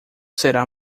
será